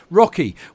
Rocky